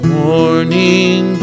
morning